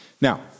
Now